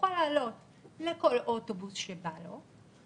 ויוכל לעלות לכל אוטובוס שבא לו,